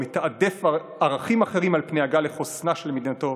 ומתעדף ערכים אחרים על פני הדאגה לחוסנה של מדינתו,